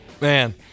man